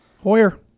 Hoyer